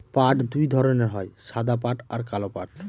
পাট দুই ধরনের হয় সাদা পাট আর কালো পাট